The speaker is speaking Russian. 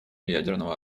ядерного